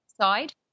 side